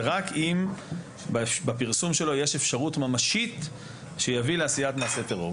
רק אם בפרסום שלו יש אפשרות ממשית שיביא לעשיית מעשה טרור.